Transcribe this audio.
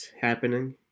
happening